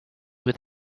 with